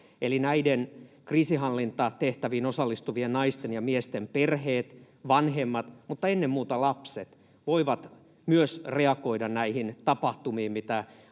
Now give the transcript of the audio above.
eli näiden kriisinhallintatehtäviin osallistuvien naisten ja miesten perheet, vanhemmat ja ennen muuta lapset — voivat reagoida näihin tapahtumiin,